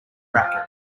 racket